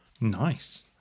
Nice